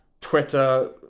Twitter